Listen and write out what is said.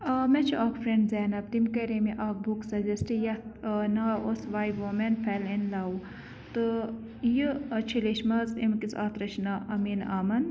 مےٚ چھُ اَکھ فرٛینٛڈ زینب تٔمۍ کَرے مےٚ اَکھ بُک سَجَسٹ یتھ ناو اوس way women feel in love تہٕ یہِ چھِ لیچھمٕژ امہِ کِس آتھرَس چھِ ناو امیٖن آمَن